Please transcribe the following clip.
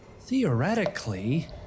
theoretically